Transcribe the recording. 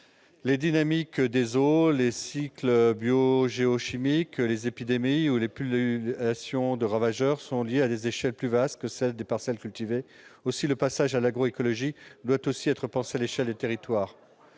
La dynamique des eaux, les cycles biogéochimiques, les épidémies ou les pullulations de ravageurs sont liés à des échelles plus vastes que celles des parcelles cultivées. Aussi le passage à l'agroécologie doit-il également être pensé à l'échelle des territoires.